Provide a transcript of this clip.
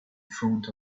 front